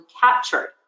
captured